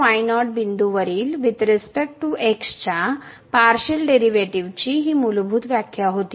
x0 y0बिंदूवरील with respect to x च्या partial डेरिव्हेटिव्हजची ही मूलभूत व्याख्या होती